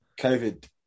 COVID